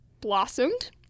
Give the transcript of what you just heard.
blossomed